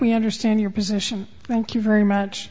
we understand your position thank you very much